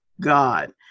God